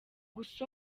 gusa